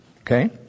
Okay